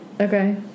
Okay